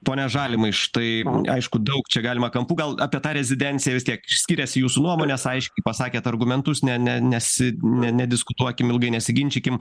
pone žalimai štai aišku daug čia galima kampų gal apie tą rezidenciją vis tiek skiriasi jūsų nuomonės aiškiai pasakėt argumentus ne ne nesi ne nediskutuokim ilgai nesiginčykim